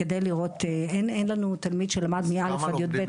ואין לנו תלמיד שלמד מא'-יב'.